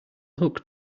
hook